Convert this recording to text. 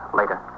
later